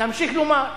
נמשיך לומר,